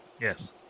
Yes